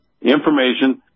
information